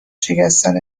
شکستن